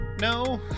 No